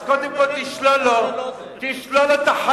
אז קודם כול תשלול לו את החיים,